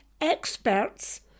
experts